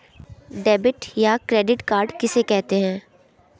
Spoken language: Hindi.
डेबिट या क्रेडिट कार्ड किसे कहते हैं?